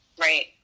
Right